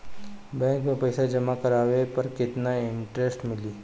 Bank में पईसा जमा करवाये पर केतना इन्टरेस्ट मिली?